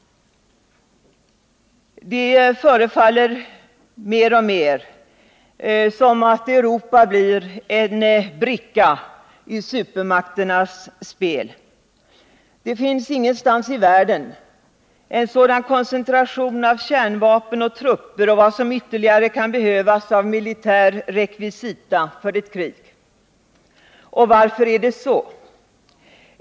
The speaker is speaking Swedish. Det förefaller mer och mer som om Europa är en bricka i supermakternas spel. Det finns ingenstans i världen en sådan koncentration av kärnvapen och trupper och vad som ytterligare kan behövas av militär rekvisita för ett krig. Varför är det så?